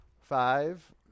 Five